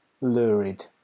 lurid